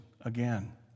again